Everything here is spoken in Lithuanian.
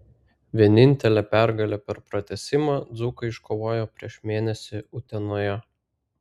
vienintelę pergalę per pratęsimą dzūkai iškovojo prieš mėnesį utenoje